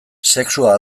sexua